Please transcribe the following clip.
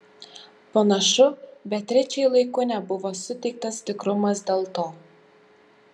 panašu beatričei laiku nebuvo suteiktas tikrumas dėl to